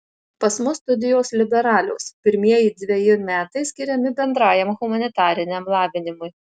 pas mus studijos liberalios pirmieji dveji metai skiriami bendrajam humanitariniam lavinimui